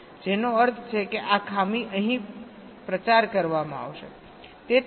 જેનો અર્થ છે કે આ ખામી અહીં પ્રચાર કરવામાં આવશે